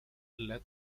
let